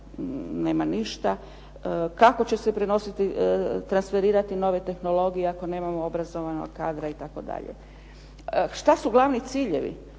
nema ništa. Kako će se prenositi, transferirati nove tehnologije ako nemamo obrazovanog kadra, itd. Šta su glavni ciljevi?